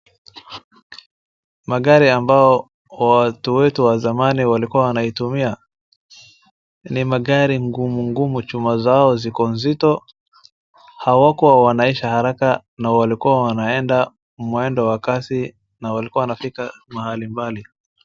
Magari ambao watu wetu wa zamani walikuwa wanaitumia. Ni magari gumu gumu, chuma zao zkoi nzito hawakua wanaisha haraka na walikuwa wanaeda mwendo wa kasi na walikuwa wanafika mahali mbali.